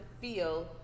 feel